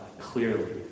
Clearly